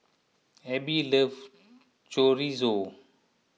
Abe love Chorizo